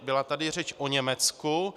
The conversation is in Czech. Byla tady řeč o Německu.